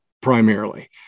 primarily